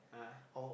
oh